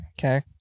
Okay